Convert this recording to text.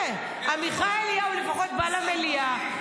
עמיחי אליהו לפחות בא למליאה,